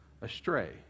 astray